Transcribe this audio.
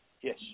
Yes